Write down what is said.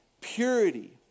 Purity